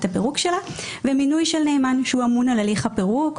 הפירוק שלה ומינוי של נאמן שהוא אמון על הליך הפירוק.